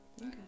Okay